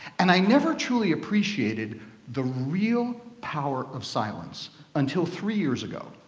and i never truly appreciated the real power of silence until three years ago,